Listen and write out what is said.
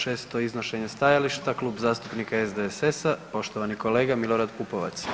6. iznošenje stajališta, Kluba zastupnika SDSS-a, poštovani kolega Milorad Pupovac.